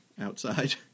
outside